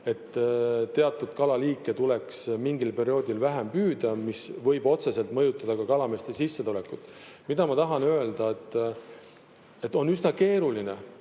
et teatud kalaliike tuleks mingil perioodil vähem püüda, ja see võib otseselt mõjutada ka kalameeste sissetulekut. Mida ma tahan öelda? On üsna keeruline,